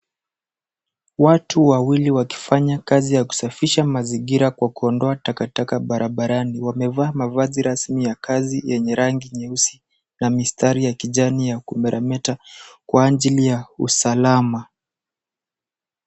Watu wawili wakifanya kazi ya kusafisha mazingira kwa kuondoa takataka barabarani, wamevaa mavazi rasmi ya kazi yenye rangi nyeusi na mistari ya kijani ya kumeremeta kwa ajili ya usalama.